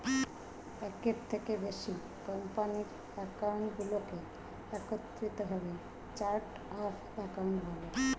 একের থেকে বেশি কোম্পানির অ্যাকাউন্টগুলোকে একত্রিত ভাবে চার্ট অফ অ্যাকাউন্ট বলে